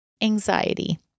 anxiety